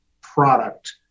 product